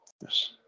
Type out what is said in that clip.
Yes